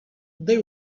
they